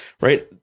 Right